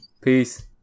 Peace